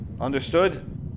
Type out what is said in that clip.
Understood